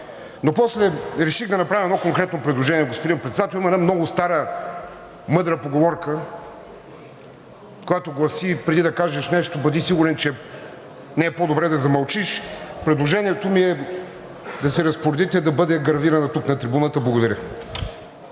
Но после реших да направя едно конкретно предложение. Господин Председател, има една много стара, мъдра поговорка, която гласи: „Преди да кажеш нещо, бъди сигурен, че не е по-добре да замълчиш.“ Предложението ми е да се разпоредите да бъде гравирана тук на трибуната. Благодаря.